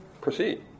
proceed